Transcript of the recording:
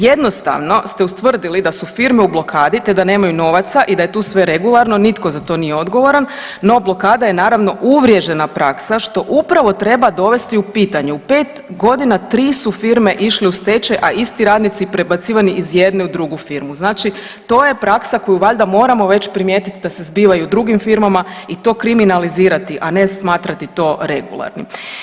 Jednostavno ste ustvrdili da su firme u blokadi te da nemaju novaca i da je tu sve regularno, nitko za to nije odgovoran, no blokada je naravno, uvriježena praksa, što upravo treba dovesti u pitanje, u 5 godina, 3 su firme iste u stečaj, a isti radnici prebacivani iz jedne u drugu firmu, znači to je praksa koju valjda moramo već primijetiti da se zbiva i u drugim firmama i to kriminalizirati, a ne smatrati to regularnim.